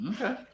Okay